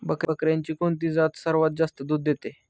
बकऱ्यांची कोणती जात सर्वात जास्त दूध देते?